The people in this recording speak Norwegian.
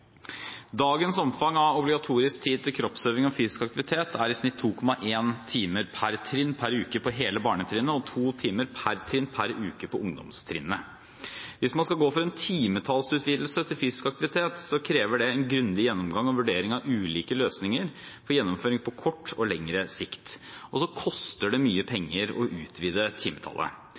Dagens omfang av obligatorisk tid til kroppsøving og fysisk aktivitet er i snitt 2,1 time per trinn per uke på hele barnetrinnet og 2 timer per trinn per uke på ungdomstrinnet. Hvis man skal gå for en timetallsutvidelse til fysisk aktivitet, krever det en grundig gjennomgang og vurdering av ulike løsninger for gjennomføring, på kortere og lengre sikt, og det koster mye penger å utvide timetallet.